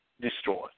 destroyed